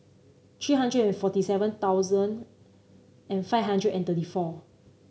three hundred and forty seven thousand and five hundred and thirty four